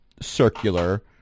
circular